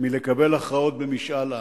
מלקבל הכרעות במשאל עם.